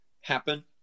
happen